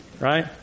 right